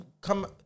come